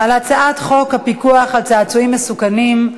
על הצעת חוק הפיקוח על צעצועים מסוכנים,